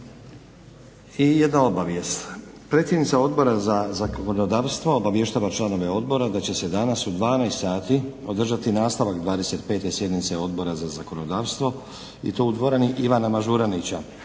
I jedna obavijest. Predsjednica Odbora za zakonodavstvo obavještava članove odbora da će se danas u 12 sati održati nastavak 25. sjednice Odbora za zakonodavstvo i to u dvorani Ivana Mažuranića,